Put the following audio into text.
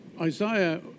Isaiah